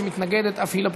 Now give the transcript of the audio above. שמתנגדת אף היא,